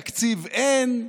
תקציב אין,